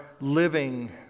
living